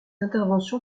intervention